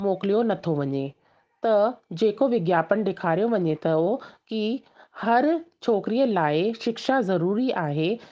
मोकिलियो न थो वञे त जेको विज्ञापन ॾिखारियो वञे थो की हर छोकिरीअ लाइ शिक्षा ज़रूरी आहे